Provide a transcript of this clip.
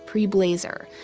pre-blazer,